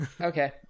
Okay